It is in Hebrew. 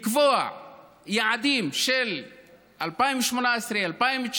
לקבוע יעדים ל-2018, 2019,